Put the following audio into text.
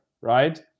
right